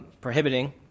prohibiting